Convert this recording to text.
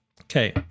Okay